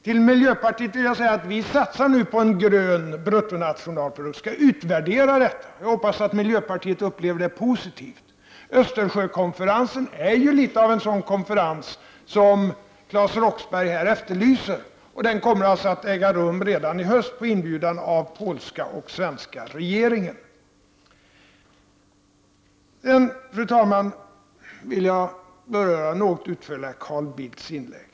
Till miljöpartiet vill jag säga att vi nu skall satsa på en utvärdering av en grön bruttonationalprodukt. Jag hoppas att miljöpartiet upplever det som positivt. Östersjökonferensen är ju litet av en sådan konferens som Claes Roxbergh här efterlyser, och den kommer att äga rum redan i höst på inbjudan av den polska och den svenska regeringen. Så vill jag, fru talman, något ytterligare beröra Carl Bildts inlägg.